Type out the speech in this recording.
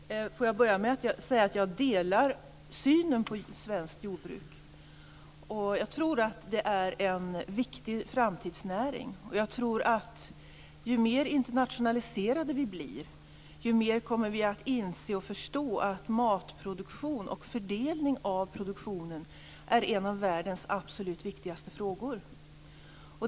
Fru talman! Får jag börja med att säga att jag delar synen på svenskt jordbruk. Jag tror att det är en viktig framtidsnäring. Ju mer internationaliserade vi blir, desto mer kommer vi att inse och förstå att matproduktion och fördelning av produktionen är en av världens absolut viktigaste frågor.